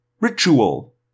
Ritual